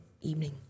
evening